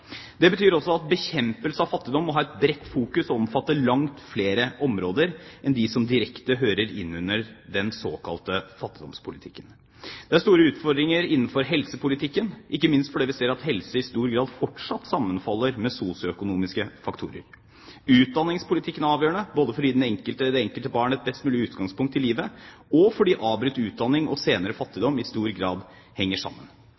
Det betyr at bekjempelse av fattigdom må ha et bredt fokus og omfatte langt flere områder enn de som direkte hører inn under den såkalte fattigdomspolitikken. Det er store utfordringer innenfor helsepolitikken, og ikke minst ser vi at helse i stor grad fortsatt sammenfaller med sosioøkonomiske faktorer. Utdanningspolitikken er avgjørende både for å gi det enkelte barn et best mulig utgangspunkt i livet, og fordi avbrutt utdanning og senere fattigdom i stor grad henger sammen.